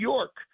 York